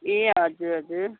ए हजुर हजुर